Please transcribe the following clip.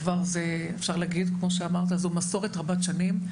אפשר לומר כמו שאמרת, זו מסורת רבת שנים.